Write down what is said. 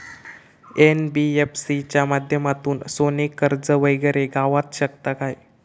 NBFC च्या माध्यमातून सोने कर्ज वगैरे गावात शकता काय?